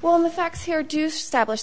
well in the facts here do